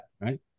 right